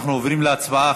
אנחנו עוברים להצבעה.